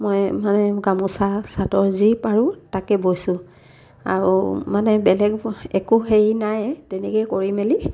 মই মানে গামোচা চাদৰ যি পাৰোঁ তাকে বৈছোঁ আৰু মানে বেলেগ একো হেৰি নাই তেনেকেই কৰি মেলি